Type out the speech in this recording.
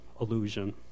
illusion